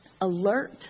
alert